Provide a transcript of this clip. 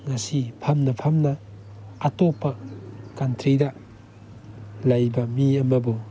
ꯉꯁꯤ ꯐꯝꯅ ꯐꯝꯅ ꯑꯇꯣꯞꯄ ꯀꯟꯇ꯭ꯔꯤꯗ ꯂꯩꯕ ꯃꯤ ꯑꯃꯕꯨ